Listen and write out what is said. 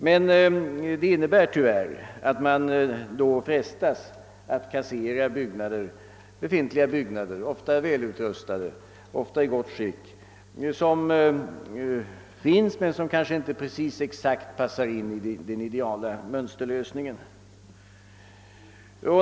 Men det innebär tyvärr att man frestas att kassera ofta väl utrustade befintliga byggnader — många gånger i gott skick — som kanske inte exakt passar in i den ideala mönsterlösningen.